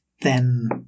then-